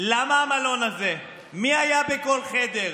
למה המלון הזה, מי היה בכל חדר,